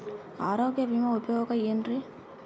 ಆರೋಗ್ಯ ವಿಮೆಯ ಉಪಯೋಗ ಏನ್ರೀ?